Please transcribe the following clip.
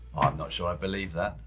not sure i believe that,